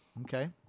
Okay